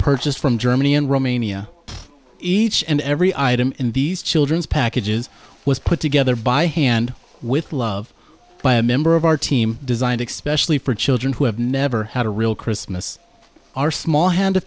purchased from germany and romania each and every item in these children's packages was put together by hand with love by a member of our team designed expression for children who have never had a real christmas are small handed